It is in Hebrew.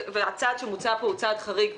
והצעד שמוצע פה הוא צעד חריג,